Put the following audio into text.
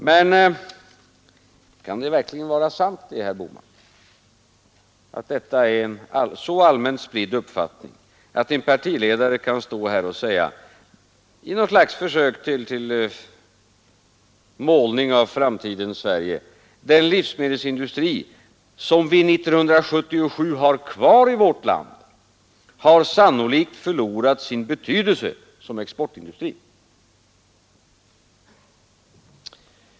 Men kan det verkligen vara sant, herr Bohman, att detta är en så allmänt spridd uppfattning, att en partiledare kan stå här och säga i något slags försök till målning av framtidens Sverige, att den livsmedelsindustri som vi 1977 har kvar i vårt land, har sannolikt förlorat sin betydelse som exportindustri?